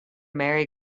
merry